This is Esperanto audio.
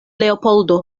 leopoldo